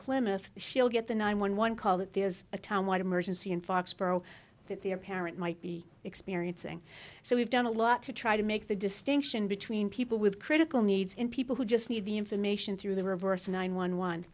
plymouth she'll get the nine one one call that there is a time what emergency in foxborough that their parent might be experiencing so we've done a lot to try to make the distinction between people with critical needs in people who just need the information through the reverse nine one one